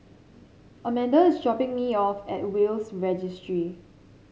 Amanda is dropping me off at Will's Registry